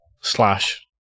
slash